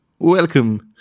Welcome